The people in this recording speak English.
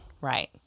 Right